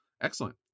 excellent